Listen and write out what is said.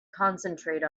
concentrate